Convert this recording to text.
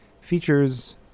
features